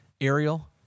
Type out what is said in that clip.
Ariel